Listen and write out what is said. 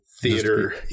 theater